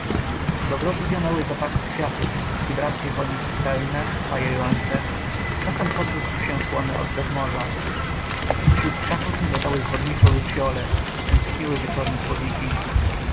z ogrodu wionęły zapachy kwiatów wibracye woni subtelne upajające czasem podniósł się słony oddech morza wśród krzaków migotały zwodniczo lucciole tęskniły wieczorne słowiki